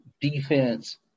defense